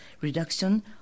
reduction